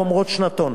גומרות שנתון.